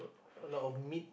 a lot of meat